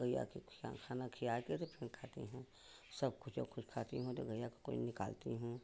गैया के खाना खिलाई कर तो फिर खाती हूँ सब कुछ अब कुछ खाती हूँ तो गैया को निकालती हूँ